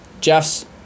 Jeff's